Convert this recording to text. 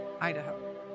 Idaho